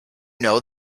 know